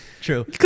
true